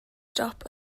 stop